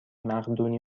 مقدونی